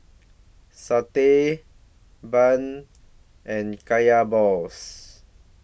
Satay Bun and Kaya Balls